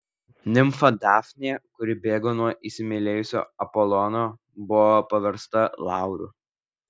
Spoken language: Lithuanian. nimfa dafnė kuri bėgo nuo įsimylėjusio apolono buvo paversta lauru